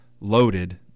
loaded